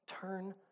Turn